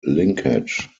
linkage